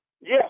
Yes